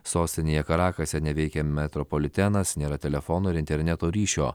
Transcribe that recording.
sostinėje karakase neveikia metropolitenas nėra telefono ir interneto ryšio